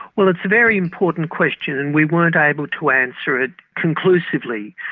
well, it's a very important question and we weren't able to answer it conclusively.